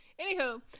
anywho